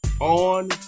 on